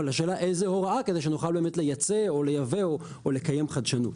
אבל השאלה איזו הוראה כדי שנוכל באמת לייצר או לייבא או לקיים חדשנות.